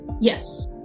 yes